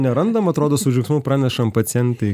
nerandamam atrodo su džiaugsmu pranešam pacientei